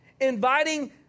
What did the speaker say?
inviting